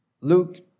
Luke